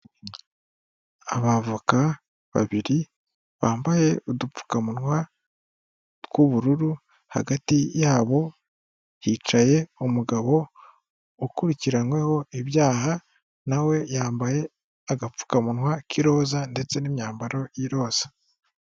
Abavoka babiri bambaye udupfukamunwa tw'ubururu hagati yabo hicaye umugabo ukurikiranyweho ibyaha na we yambaye agapfukamunwa k'iroza ndetse n'imyambaro y'iroza.